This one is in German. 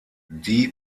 die